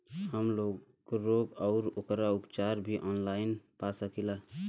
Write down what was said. हमलोग रोग अउर ओकर उपचार भी ऑनलाइन पा सकीला?